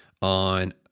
on